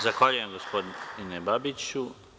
Zahvaljujem gospodine Babiću.